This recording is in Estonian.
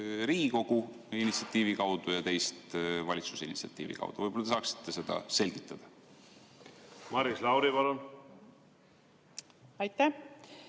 Riigikogu initsiatiivi kaudu ja teist valitsus initsiatiivi kaudu? Võib-olla te saaksite seda selgitada? Maris Lauri, palun!